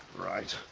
right!